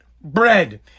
bread